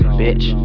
bitch